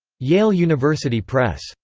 yale university press.